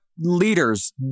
leaders